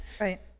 right